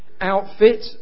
outfit